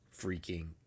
freaking